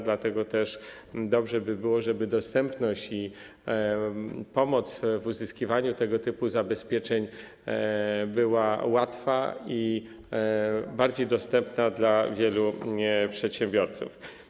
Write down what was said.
Dlatego też dobrze by było, żeby pomoc w uzyskiwaniu tego typu zabezpieczeń była łatwa i bardziej dostępna dla wielu przedsiębiorców.